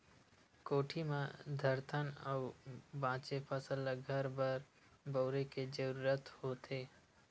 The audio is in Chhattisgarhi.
कोठी म धरथन अउ बाचे फसल ल घर बर बउरे के जरूरत होथे